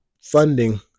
funding